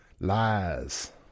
Lies